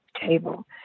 table